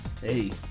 Hey